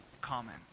comment